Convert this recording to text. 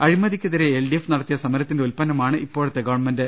അഴി മതിക്കെതിരെ എൽഡിഎഫ് നടത്തിയ സമരത്തിന്റെ ഉൽപ ന്നമാണ് ഇപ്പോഴത്തെ ഗവൺമെന്റ്